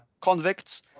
convicts